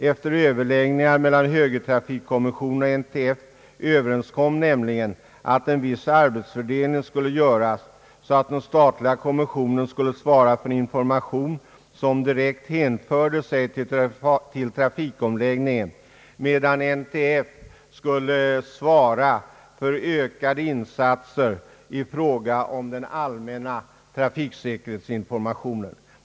Efter överläggningar mellan högertrafikkommissionen och NTF överenskoms nämligen att en viss arbetsfördelning skulle göras så att den statliga kommissionen skulle svara för den information som direkt hänförde sig till trafikomläggningen, medan NTF skulle svara för ökade insatser i fråga om den allmänna trafiksäkerhetsinformationen.